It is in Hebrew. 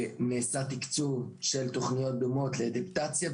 נעשה תקצוב של תוכניות דומות לאדפטציה,